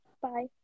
bye